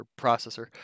processor